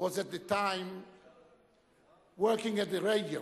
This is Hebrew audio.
was at the time working at the radio.